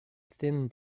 thin